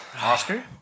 Oscar